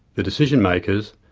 the decision makers,